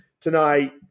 tonight